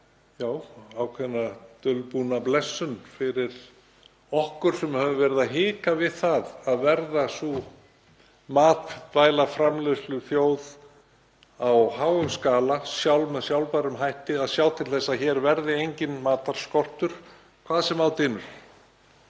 sér ákveðna dulbúna blessun fyrir okkur sem höfum verið að hika við að verða matvælaframleiðsluþjóð á háum skala með sjálfbærum hætti og sjá til þess að hér verði enginn matarskortur hvað sem á dynur.